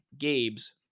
Gabe's